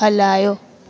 हलायो